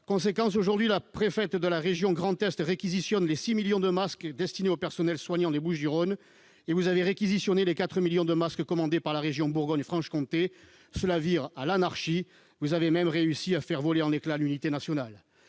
Conséquence : aujourd'hui, la préfète de la région Grand Est réquisitionne les 6 millions de masques destinés au personnel soignant des Bouches-du-Rhône et vous réquisitionnez les 4 millions de masques commandés par la région Bourgogne-Franche-Comté. Cela vire à l'anarchie. Vous avez même réussi à faire voler en éclats l'unité nationale.